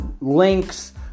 links